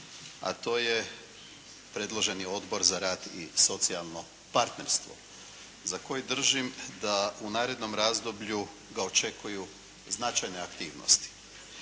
a to je predloženi Odbor za rad i socijalno partnerstvo za koji držim da u narednom razdoblju ga očekuju značajne aktivnosti.